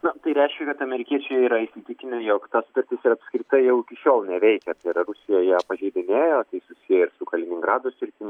na tai reiškia kad amerikiečiai yra įsitikinę jog ta sutartis yra ir tai jau iki šiol neveikia tai yra rusija ją pažeidinėjo tai susiję ir su kaliningrado sritimi